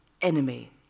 Enemy